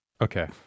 Okay